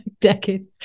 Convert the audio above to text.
decades